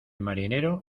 marinero